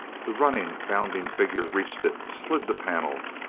the running, bounding figure reached it, slid the panel.